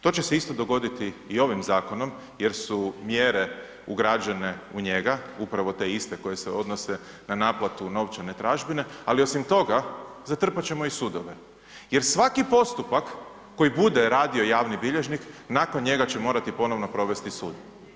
To će se isto dogoditi i ovim zakonom jer su mjere ugrađene u njega, upravo te iste koje se odnose na naplatu novčane tražbine, ali osim toga zatrpat ćemo i sudove jer svaki postupak koji bude radio javni bilježnik nakon njega će morati ponovno provesti sud.